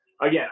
again